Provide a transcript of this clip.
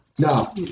No